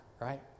right